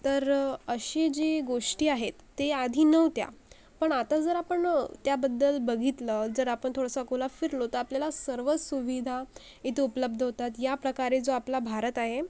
तर अशी जी गोष्टी आहेत ते आधी नव्हत्या पण आता जर आपण त्याबद्दल बघितलं जर आपण थोडंसं अकोला फिरलो तर आपल्याला सर्व सुविधा इथे उपलब्ध होतात याप्रकारे जो आपला भारत आहे